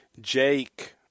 Jake